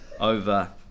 over